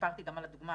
סיפרתי גם על הדוגמה